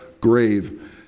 grave